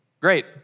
great